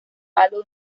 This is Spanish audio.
álbum